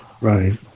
Right